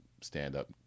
stand-up